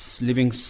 living